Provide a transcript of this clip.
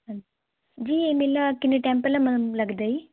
ਜੀ ਇਹ ਮੇਲਾ ਕਿੰਨੇ ਟਾਈਮ ਪਹਿਲਾਂ ਲੱਗਦਾ ਜੀ